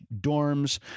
dorms